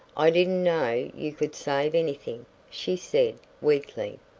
i didn't know you could save anything, she said, weakly.